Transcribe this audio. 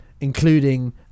including